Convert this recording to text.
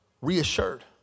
reassured